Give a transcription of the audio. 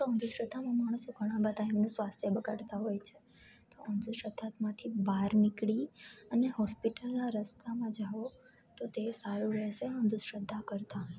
તો અંધશ્રદ્ધામાં માણસો ઘણા બધા એમનું સ્વાસ્થ્ય બગાડતા હોય છે તો અંધશ્રદ્ધામાંથી બહાર નિકળી અને હોસ્પિટલના રસ્તામાં જાઓ તોતે સારું રહેશે અંધશ્રદ્ધા કરતાં